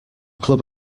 club